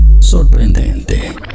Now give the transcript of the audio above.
Sorprendente